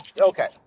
Okay